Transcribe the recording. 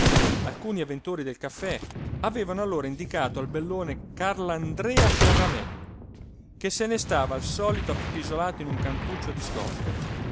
alcuni avventori del caffè avevano allora indicato al bellone carlandrea sciaramè che se ne stava al solito appisolato in un cantuccio discosto